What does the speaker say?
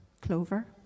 clover